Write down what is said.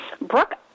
Brooke